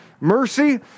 mercy